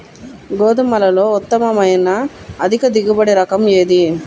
గోధుమలలో ఉత్తమమైన అధిక దిగుబడి రకం ఏది?